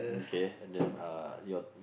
okay and then uh your